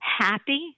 happy